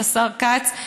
את השר כץ,